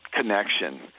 connection